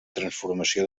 transformació